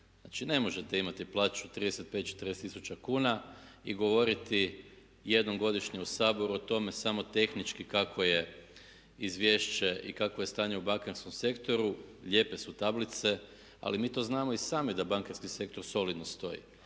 Znači, ne možete imati plaću 35, 40 000 kuna i govoriti jednom godišnje u Saboru o tome samo tehnički kako je izvješće i kakvo je stanje u bankarskom sektoru. Lijepe su tablice, ali mi to znamo i sami da bankarski sektor solidno stoji.